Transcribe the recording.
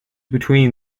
between